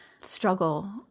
struggle